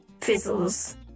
fizzles